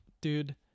Dude